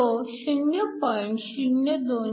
तो 0